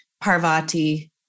parvati